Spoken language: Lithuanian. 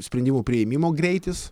sprendimų priėmimo greitis